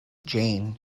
jane